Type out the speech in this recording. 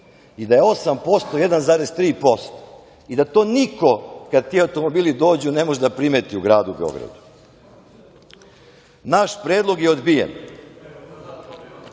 osam posto, 1,3% i da to niko kada ti automobili dođu ne može da primeti u gradu Beogradu. Naš predlog je odbijen